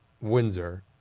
Windsor